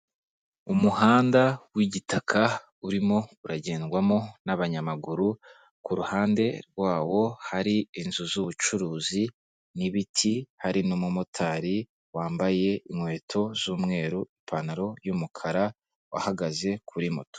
Umuhanda w'igitaka urimo uragendwamo nabanyamaguru kuruhande rwawo hari inzuzubucuruzi n'ibiti, hari n'umumotari wambaye inkweto z'umweru ipantaro y'umukara wahagaze kuri moto.